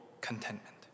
contentment